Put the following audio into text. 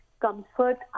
Comfort